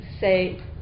say